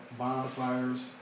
bonfires